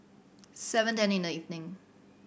seven ten in the evening